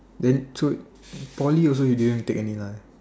then through Poly you also you didn't take any lah